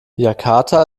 jakarta